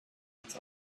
its